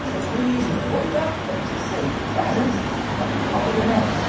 so please wake up and just say present when i call your name.